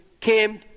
came